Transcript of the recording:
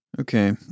Okay